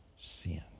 Sin